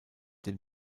den